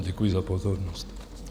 Děkuji za pozornost.